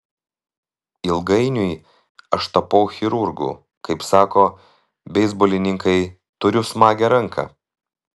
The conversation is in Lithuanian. ilgainiui aš tapau chirurgu kaip sako beisbolininkai turiu smagią ranką